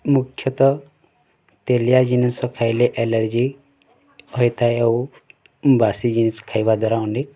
ମୁଖ୍ୟତଃ ତେଲିଆ ଜିନିଷ ଖାଇଲେ ଏଲର୍ଜି ହୋଇଥାଏ ଆଉ ବାସି ଜିନିଷ ଖାଇବା ଦ୍ୱାରା ଅନେକ